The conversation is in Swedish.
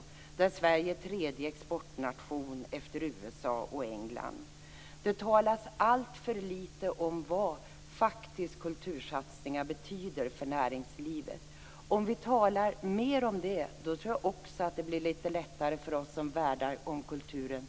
Sverige är på det området nu tredje exportnation efter USA och England. Det talas alltför litet om vad kultursatsningar faktiskt betyder för näringslivet. Om vi talar mer om det tror jag också att det blir litet lättare för oss som värnar om kulturen